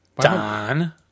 Don